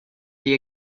the